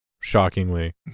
shockingly